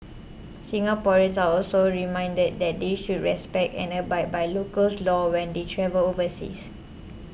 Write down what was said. Singaporeans are also reminded that they should respect and abide by local's laws when they travel overseas